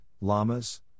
llamas